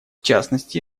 частности